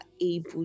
able